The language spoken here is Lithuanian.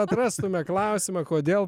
atrastume klausimą kodėl